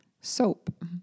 soap